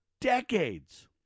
decades